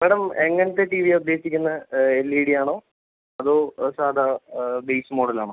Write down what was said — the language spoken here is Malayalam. മാഡം എങ്ങനത്തെ ടി വിയാണ് ഉദ്ദേശിക്കുന്നത് എൽ ഇ ഡി ആണോ അതോ സാധാരണ ബെയ്സ് മോഡൽ ആണോ